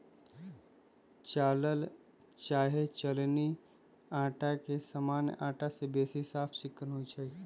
चालल चाहे चलानी अटा जे सामान्य अटा से बेशी साफ चिक्कन होइ छइ